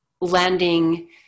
landing